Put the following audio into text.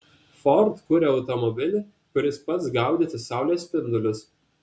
ford kuria automobilį kuris pats gaudytų saulės spindulius